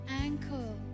ankle